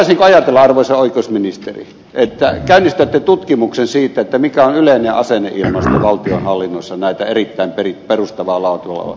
voitaisiinko ajatella arvoisa oikeusministeri että käynnistätte tutkimuksen siitä mikä on yleinen asenneilmasto valtionhallinnossa näitä erittäin perustavaa laatua olevia asioita kohtaan